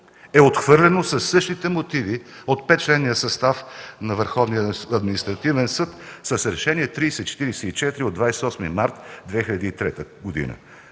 е отхвърлено със същите мотиви от 5-членния състав на Върховния административен съд с Решение № 3044 от 28 март 2003 г.